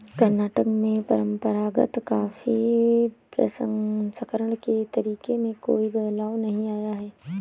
कर्नाटक में परंपरागत कॉफी प्रसंस्करण के तरीके में कोई बदलाव नहीं आया है